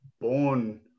born